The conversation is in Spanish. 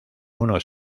uno